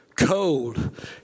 Cold